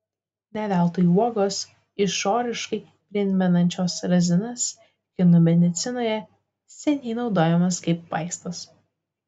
ne veltui uogos išoriškai primenančios razinas kinų medicinoje seniai naudojamos kaip vaistas